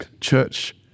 church